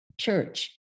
church